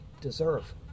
deserve